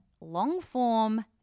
long-form